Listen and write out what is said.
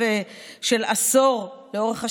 בעד אורלי